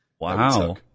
Wow